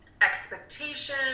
expectation